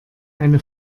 eine